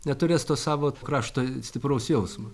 neturės to savo krašto stipraus jausmo